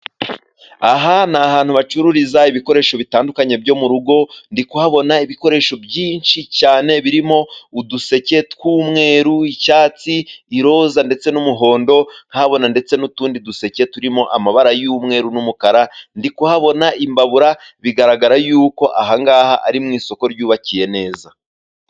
Aha ni ahantu bacururiza ibikoresho bitandukanye byo mu rugo ndi kuhabona ibikoresho byinshi cyane birimo uduseke tw'umweru, icyatsi, iroza ndetse n'umuhondo ndahabona ndetse n'utundi duseke turimo amabara y'umweru n'umukara ndi kuhabona imbabura bigaragara yuko ahangaha ari mu isoko ryubakiye neza.